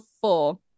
four